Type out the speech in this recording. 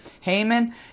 Haman